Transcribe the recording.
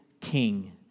king